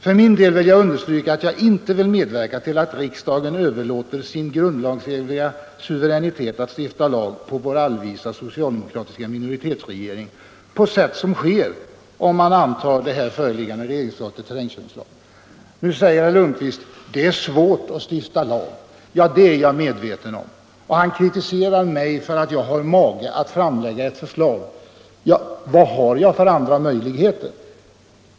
För min del vill jag understryka att jag inte vill medverka till att riksdagen överlåter sin grundlagsenliga suveränitet att stifta lag till vår allvisa socialdemokratiska minoritetsregering på det sätt som sker, om riksdagen antar det föreliggande förslaget till terrängkörningslag. Nu säger statsrådet Lundkvist att det är svårt att stifta lag. Ja, det är jag medveten om. Statsrådet Lundkvist kritiserar mig för att jag har mage att nu framlägga ett förslag. Vad har jag för andra möjligheter?